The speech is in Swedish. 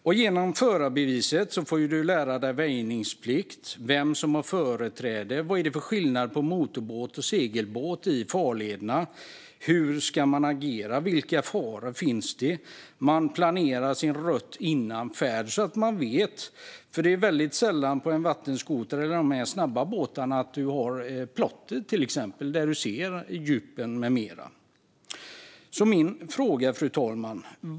För att ta förarbeviset får du lära dig väjningsplikt, vem som har företräde, vad det är för skillnad på motorbåt och segelbåt i farlederna, hur du ska agera, vilka faror som finns och att planera din rutt innan färd. Det är sällan det på en vattenskoter eller på de snabba båtarna finns en plotter där djupen syns och så vidare. Fru talman!